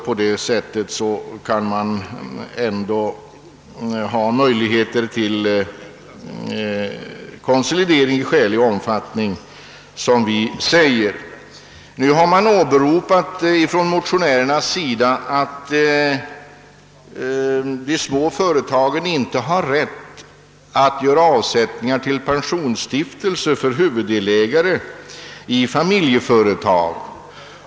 På det sättet finns alltså möjligheter till konsolidering i skälig omfattning. Motionärerna åberopar att de små företagen inte har rätt att göra avsättningar till pensionsstiftelse för huvuddelägare i familjeföretag.